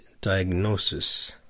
diagnosis